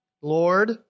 Lord